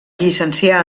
llicencià